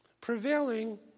Prevailing